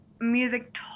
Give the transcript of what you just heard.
music